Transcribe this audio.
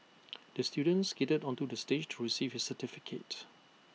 the student skated onto the stage to receive his certificate